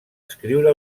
escriure